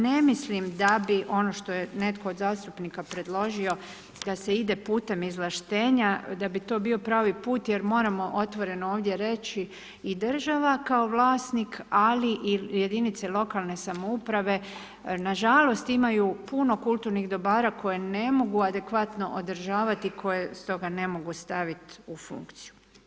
Ne mislim da bi ono što je netko od zastupnika predložio, da se ide putem izvlaštenja, da bi to bio pravi put jer moramo otvoreno ovdje reći i država kao vlasnik, ali i jedinice lokalne samouprave nažalost imaju puno kulturnih dobara koje ne mogu adekvatno održavati, koje stoga ne mogu staviti u funkciju.